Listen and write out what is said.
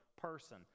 person